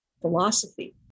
philosophy